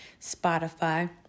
Spotify